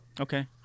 Okay